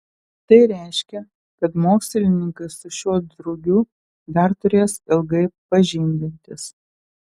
tai reiškia kad mokslininkai su šiuo drugiu dar turės ilgai pažindintis